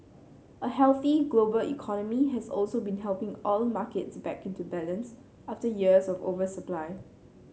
a healthy global economy has also been helping oil markets back into balance after years of oversupply